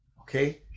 okay